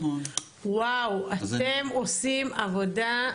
אתם עושים עבודה,